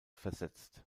versetzt